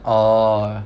orh